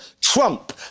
Trump